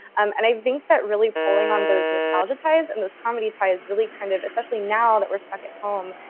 um and i think that really pulling on those nostalgia ties and those comedy ties really kind of, especially now that we're stuck at home,